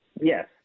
yes